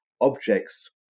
objects